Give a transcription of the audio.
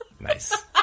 Nice